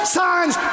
signs